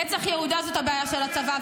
נצח יהודה זאת הבעיה של הצבא,